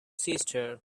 sister